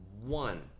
one